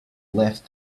left